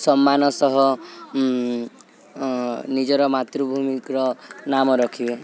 ସମ୍ମାନ ସହ ନିଜର ମାତୃଭୂମିର ନାମ ରଖିବେ